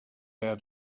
how